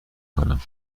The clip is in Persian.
کنم